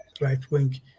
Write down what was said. right-wing